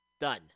Done